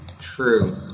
True